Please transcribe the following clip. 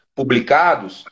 publicados